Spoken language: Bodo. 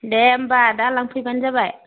दे होमब्ला दा लांफैब्लानो जाबाय